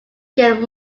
get